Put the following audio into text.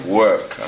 work